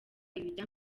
ibijya